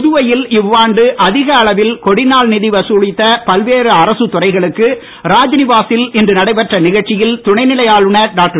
புதுவையில் இவ்வாண்டு அதிக அளவில் கொடிநாள் நிதி வசூலித்த பல்வேறு அரசு துறைகளுக்கு ராஜ்நிவாசில் இன்று நடைபெற்ற நிகழ்ச்சியில் துணைநிலை ஆளுநர் டாக்டர்